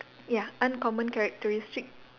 ya uncommon characteristic